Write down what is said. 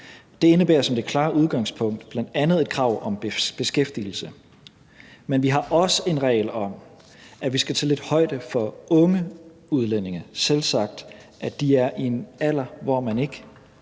Det indebærer som det klare udgangspunkt bl.a. et krav om beskæftigelse. Men vi har også en regel om, at vi skal tage lidt højde for unge udlændinge, som selvsagt er i en alder, hvor man ikke så